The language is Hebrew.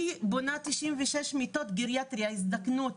אני בונה 96 מיטות גריאטריה, הזדקנות.